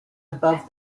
above